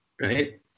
right